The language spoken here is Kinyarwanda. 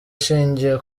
ishingiye